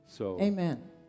Amen